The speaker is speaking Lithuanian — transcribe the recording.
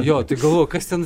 jo tai galvoju kas ten